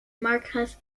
marcus